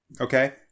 Okay